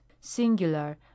singular